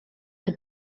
had